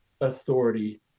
authority